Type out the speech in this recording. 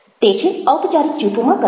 તે છે ઔપચારિક જૂથોમાં કથન